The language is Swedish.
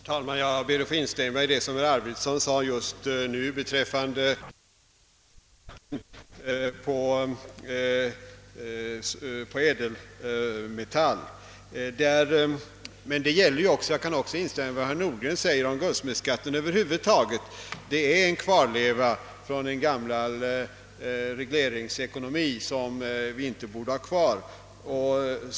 Herr talman! Jag ber att få instämma i vad herr Arvidson nyss sade beträffande försäljningsskatten på ädelmetall. Men jag kan också instämma i vad herr Nordgren anfört om försäljningsskatten på guldsmedsvaror över huvud taget; den är en kvarleva från en gammal regleringsekonomi som vi inte borde bibehålla.